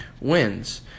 wins